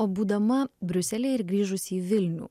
o būdama briusely ir grįžusi į vilnių